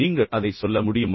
நீங்கள் அதை சொல்ல முடியுமா